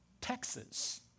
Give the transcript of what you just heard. Texas